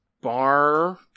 bar